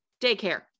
daycare